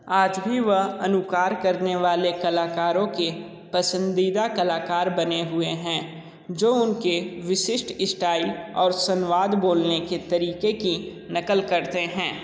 आज भी वह अनुकार करने वाले कलाकारों के पसंदीदा कलाकार बने हुए हैं जो उनके विशिष्ट स्टाइल और संवाद बोलने के तरीके की नकल करते हैं